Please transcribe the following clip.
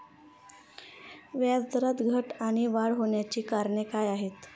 व्याजदरात घट आणि वाढ होण्याची कारणे काय आहेत?